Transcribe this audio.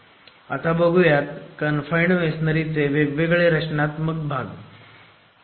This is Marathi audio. आता बघूयात कनफाईण्ड मेसोनरीचे वेगवेगळे रचनात्मक भाग बघूयात